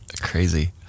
Crazy